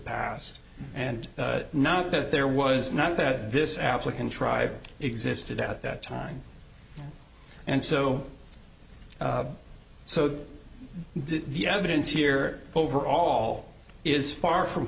past and not that there was not that this applicant tribe existed at that time and so so the evidence here overall is far from